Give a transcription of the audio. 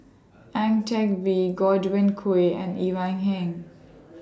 Ang Teck Bee Godwin Koay and Ivan Heng